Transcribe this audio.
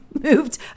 moved